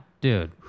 dude